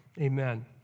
Amen